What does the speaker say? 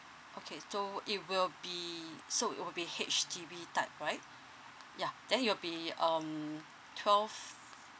okay so it will be so it will be H_D_B type right yeah then it'll be um twelve